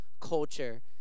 culture